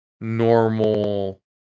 normal